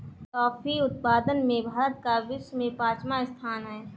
coffee उत्पादन में भारत का विश्व में पांचवा स्थान है